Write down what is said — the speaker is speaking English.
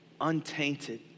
untainted